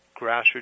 grassroots